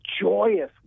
joyous